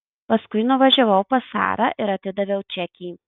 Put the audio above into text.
paskui nuvažiavau pas sarą ir atidaviau čekį